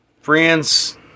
friends